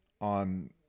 on